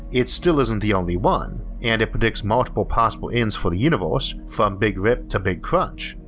it still isn't the only one, and it predicts multiple possible ends for the universe from big rip to big crunch,